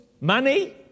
money